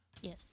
Yes